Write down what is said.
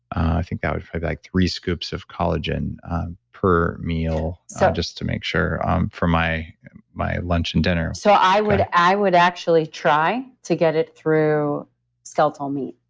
i think that would probably be like three scoops of collagen per meal so just to make sure for my my lunch and dinner so, i would i would actually try to get it through skeletal meat.